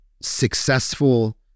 successful